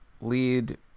lead